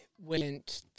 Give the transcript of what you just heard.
went